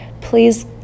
Please